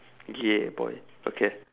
yeah boy okay